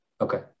Okay